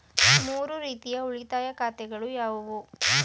ಮೂರು ರೀತಿಯ ಉಳಿತಾಯ ಖಾತೆಗಳು ಯಾವುವು?